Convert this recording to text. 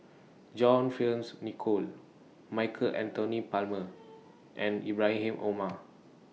John Fearns Nicoll Michael Anthony Palmer and Ibrahim Omar